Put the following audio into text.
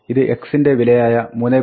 ഇത് x ൻറെ വിലയായ 3